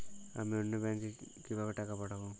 আমি অন্য ব্যাংকে কিভাবে টাকা পাঠাব?